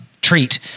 treat